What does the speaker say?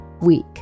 week